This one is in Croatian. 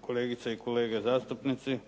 kolegice i kolege zastupnici.